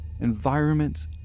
environment